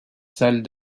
salles